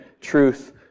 truth